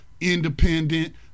independent